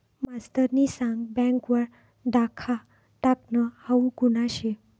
मास्तरनी सांग बँक वर डाखा टाकनं हाऊ गुन्हा शे